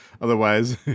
Otherwise